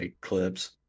clips